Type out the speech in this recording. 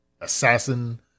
assassin